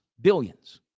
billions